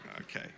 Okay